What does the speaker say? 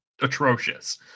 atrocious